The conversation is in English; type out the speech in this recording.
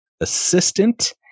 assistant